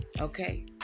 Okay